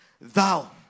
Thou